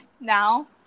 now